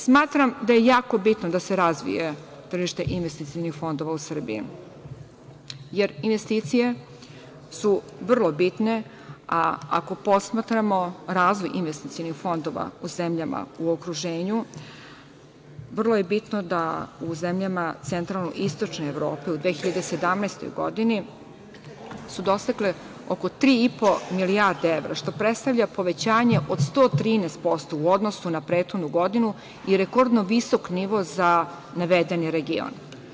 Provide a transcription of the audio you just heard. Smatram da je jako bitno da se razvije tržište investicionih fondova u Srbiji, jer investicije su vrlo bitne, a ako posmatramo razvoj investicionih fondova u zemljama u okruženju vrlo je bitno da u zemljama istočne Evrope u 2017. godini su dosegle oko 3,5 milijarde evra, što predstavlja povećanje od 113% u odnosu na prethodnu godinu i rekordno visok nivo za navedeni region.